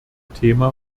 thema